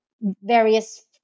various